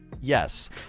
Yes